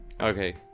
Okay